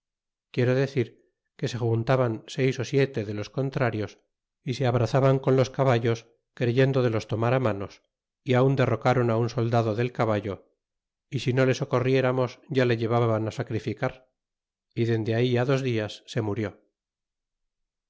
quiero decir que se juntaban seis ó siete de los contrarios y se abrazaban con los caballos creyendo de los tomar a manos y aun derrocaron a un soldado del caballo y si no le socorrieramos ya le llevaban a sacrificar y dende ahí a dos dias se murió